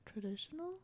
Traditional